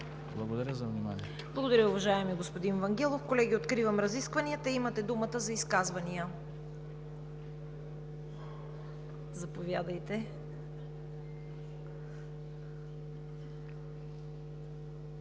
ЦВЕТА КАРАЯНЧЕВА: Благодаря, уважаеми господин Вангелов. Колеги, откривам разискванията. Имате думата за изказвания. Заповядайте.